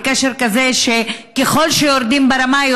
זה קשר כזה שככל שיורדים ברמה,